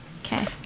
okay